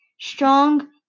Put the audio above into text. strong